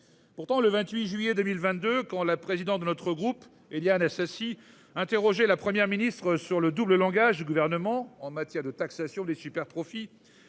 Pourtant, le 28 juillet 2022 quand la président de notre groupe Éliane Assassi interrogé la Première ministre sur le double langage du gouvernement en matière de taxation des superprofits